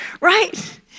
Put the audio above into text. right